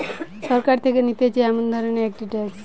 সরকার থেকে নিতেছে এমন ধরণের একটি ট্যাক্স